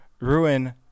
ruin